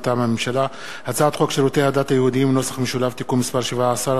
מטעם הממשלה: הצעת חוק שירותי הדת היהודיים (תיקון מס' 17),